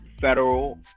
federal